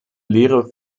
lehre